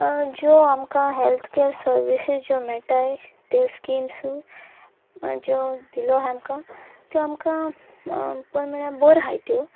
ज्यो आमकां health care services ज्यो मेळटा त्यो स्किम्सू ज्यो दिल्ली आसा आमकां त्यो आमकां बऱ्यो म्हणल्यार बरो आसा त्यो